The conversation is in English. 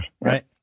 Right